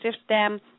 system